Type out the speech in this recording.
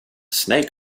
snake